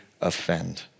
offend